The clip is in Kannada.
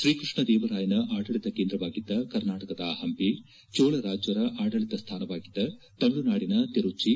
ಶ್ರೀಕೃಷ್ಣದೇವರಾಯನ ಆಡಳಿತ ಕೇಂದ್ರವಾಗಿದ್ದ ಕರ್ನಾಟಕದ ಹಂಪಿ ಚೋಳರಾಜರ ಆಡಳಿತ ಸ್ಥಾನವಾಗಿದ್ದ ತಮಿಳುನಾಡಿನ ತಿರುಚ್ಚಿ